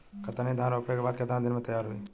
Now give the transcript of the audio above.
कतरनी धान रोपे के बाद कितना दिन में तैयार होई?